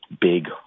big